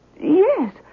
Yes